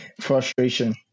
frustration